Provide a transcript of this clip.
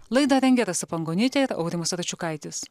laidą rengia rasa pangonytė ir aurimas račiukaitis